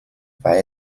war